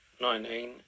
Nineteen